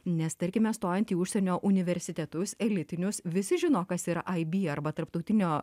nes tarkime stojant į užsienio universitetus elitinius visi žino kas yra ib arba tarptautinio